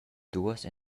duas